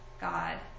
God